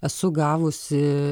esu gavusi